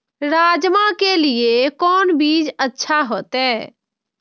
राजमा के लिए कोन बीज अच्छा होते?